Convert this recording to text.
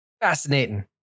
Fascinating